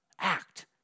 Act